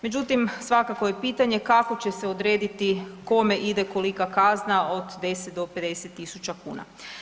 Međutim, svakako je pitanje kako će se odrediti kome ide kolika kazna od 10 do 50.000 kuna.